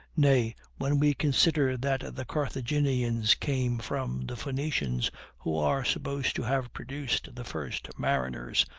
nay, when we consider that the carthaginians came from the phoenicians who are supposed to have produced the first mariners,